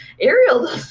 Ariel